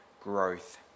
Growth